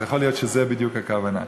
אז יכול להיות שזו בדיוק הכוונה.